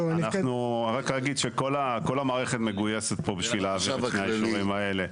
כל המערכת מגויסת פה בשביל להעביר את שני האישורים האלה.